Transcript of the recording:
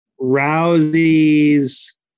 Rousey's